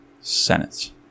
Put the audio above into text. Senate